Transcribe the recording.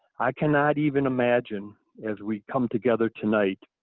i cannot even imagine, as we come together tonight,